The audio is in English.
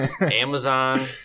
Amazon